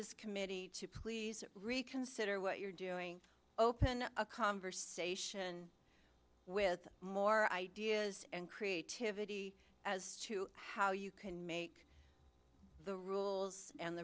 this committee to please reconsider what you're doing open a conversation with more ideas and creativity as to how you can make the rules and